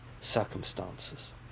circumstances